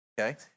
Okay